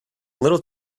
little